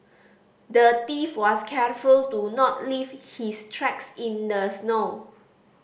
the thief was careful to not leave his tracks in the snow